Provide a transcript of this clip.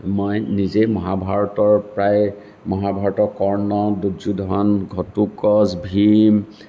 মই নিজে মহাভাৰতৰ প্ৰায় মহাভাৰতৰ কৰ্ণ দুৰ্যোধন ঘটোৎকচ ভীম